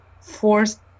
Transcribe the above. force